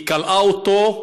היא כלאה אותו,